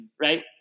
right